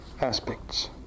aspects